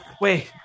Wait